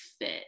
fit